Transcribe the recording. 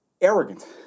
arrogant